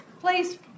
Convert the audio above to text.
Please